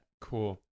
Cool